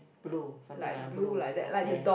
blue something like a blue okay